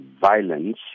violence